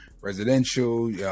residential